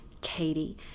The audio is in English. Katie